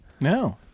No